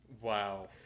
Wow